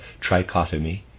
trichotomy